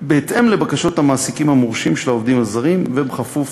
בהתאם לבקשות המעסיקים המורשים של העובדים הזרים ובכפוף